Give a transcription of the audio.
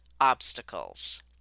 obstacles